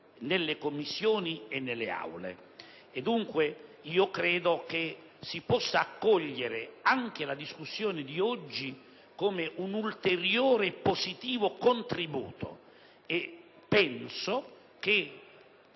nelle Commissioni e in Aula. Dunque, credo che si possa accogliere anche la discussione di oggi come un ulteriore e positivo contributo. Penso che